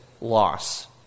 loss